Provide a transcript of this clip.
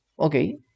okay